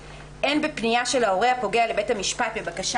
(2) אין בפנייה של ההורה הפוגע לבית המשפט בבקשה